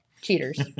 Cheaters